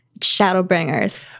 Shadowbringers